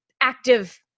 active